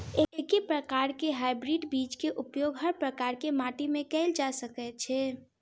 एके प्रकार केँ हाइब्रिड बीज केँ उपयोग हर प्रकार केँ माटि मे कैल जा सकय छै?